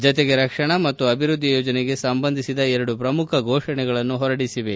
ಜತೆಗೆ ರಕ್ಷಣಾ ಮತ್ತು ಅಭಿವ್ಯದ್ದಿ ಯೋಜನೆಗೆ ಸಂಬಂಧಿಸಿದ ಎರಡು ಪ್ರಮುಖ ಘೋಷಣೆಗಳನ್ನು ಹೊರಡಿಸಿವೆ